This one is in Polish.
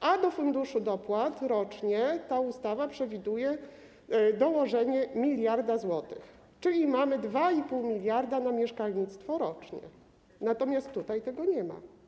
a do Funduszu Dopłat rocznie ta ustawa przewiduje dołożenie 1 mld zł, czyli mamy 2,5 mld na mieszkalnictwo rocznie, natomiast tutaj tego nie ma.